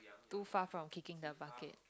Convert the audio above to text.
too far from kicking the bucket